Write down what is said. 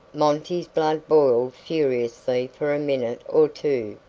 monty's blood boiled furiously for a minute or two,